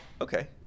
Okay